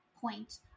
point